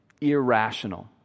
irrational